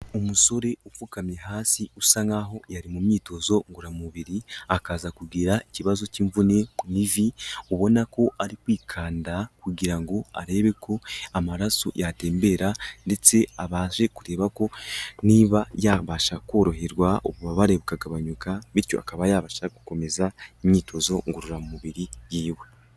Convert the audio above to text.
Umusore upfukamye hasi usa nkaho yari mu myitozo ngoramubiri akaza kugira ikibazo cy'imvune mu ivi, ubona ko ari kwikanda kugira ngo arebe ko amaraso yatembera ndetse abashe kureba ko niba yabasha koroherwa ububabare bukagabanyuka, bityo akaba yabasha gukomeza imyitozo ngororamubiri yiwe.